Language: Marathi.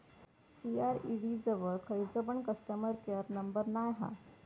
सी.आर.ई.डी जवळ खयचो पण कस्टमर केयर नंबर नाय हा